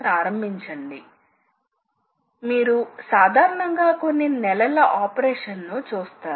మరోవైపు work piece ఫై సాధారణంగా చాలా ఎక్కువ వేగంతో తిరుగుతూ ఉంటుంది